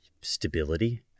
Stability